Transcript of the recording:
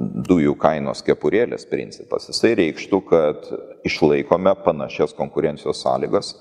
dujų kainos kepurėlės principas jisai reikštų kad išlaikome panašias konkurencijos sąlygas